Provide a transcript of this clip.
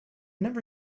never